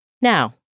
Now